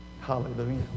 Hallelujah